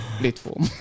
platform